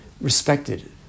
respected